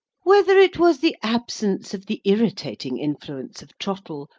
whether it was the absence of the irritating influence of trottle,